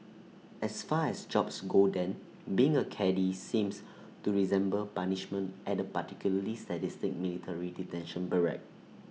as far as jobs go then being A caddie seems to resemble punishment at A particularly sadistic military detention barrack